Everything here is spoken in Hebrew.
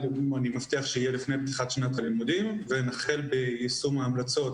אני מבטיח שיהיה לפני פתיחת שנת הלימודים ונחל ביישום ההמלצות